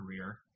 career